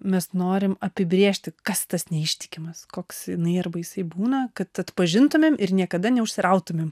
mes norim apibrėžti kas tas neištikimas koks jinai ar jisiai būna kad atpažintumėm ir niekada neužsirautumėm